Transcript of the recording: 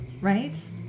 right